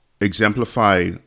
exemplify